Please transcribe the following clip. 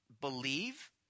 believe